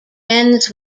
ends